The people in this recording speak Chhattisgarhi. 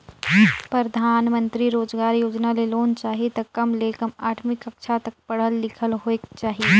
परधानमंतरी रोजगार योजना ले लोन चाही त कम ले कम आठवीं कक्छा तक पढ़ल लिखल होएक चाही